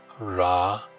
Ra